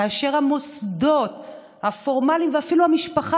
כאשר המוסדות הפורמליים ואפילו המשפחה